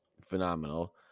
Phenomenal